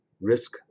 risk